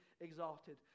exalted